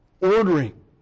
ordering